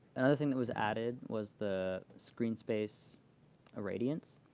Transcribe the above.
another thing that was added was the screen space irradiance.